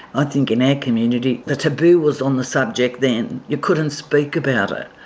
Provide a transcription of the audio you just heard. i think in our community the taboo was on the subject then, you couldn't speak about it,